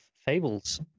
fables